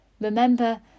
Remember